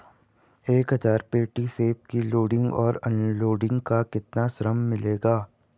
एक हज़ार पेटी सेब की लोडिंग और अनलोडिंग का कितना श्रम मिलेगा?